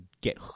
get